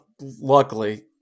Luckily